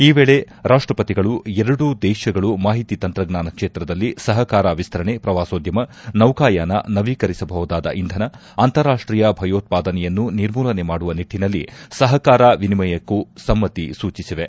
ಈ ವೇಳೆ ರಾಷ್ಟ ಪತಿಗಳು ಎರಡೂ ದೇಶಗಳು ಮಾಹಿತಿ ತಂತ್ರಜ್ಞಾನ ಕ್ಷೇತ್ರದಲ್ಲಿ ಸಹಕಾರ ವಿಸ್ತರಣೆ ಪ್ರವಾಸೋದ್ಯಮ ನೌಕಾಯಾನ ನವೀಕರಿಸಬಹುದಾದ ಇಂಧನ ಅಂತಾರಾಷ್ಟೀಯ ಭಯೋತ್ವಾದನೆಯನ್ನು ನಿರ್ಮೂಲನೆ ಮಾಡುವ ನಿಟ್ಟಿನಲ್ಲಿ ಸಹಕಾರ ವಿನಿಮಯಕ್ಕೂ ಸಮ್ಮತಿ ಸೂಚಿಸಿವೆ